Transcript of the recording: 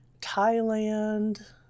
Thailand